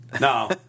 No